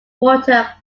water